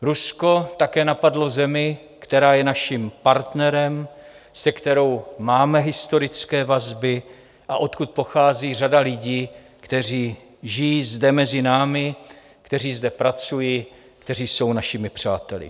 Rusko také napadlo zemi, která je našim partnerem, se kterou máme historické vazby a odkud pochází řada lidí, kteří žijí zde mezi námi, kteří zde pracují, kteří jsou našimi přáteli.